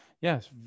yes